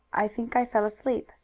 i think i fell asleep.